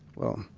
well,